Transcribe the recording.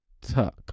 Tuck